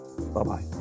bye-bye